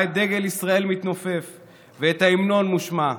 את דגל ישראל מתנופף ואת ההמנון מושמע.